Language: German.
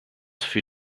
für